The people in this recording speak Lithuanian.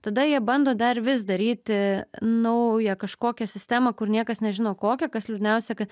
tada jie bando dar vis daryti naują kažkokią sistemą kur niekas nežino kokia kas liūdniausia ka